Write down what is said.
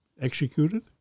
executed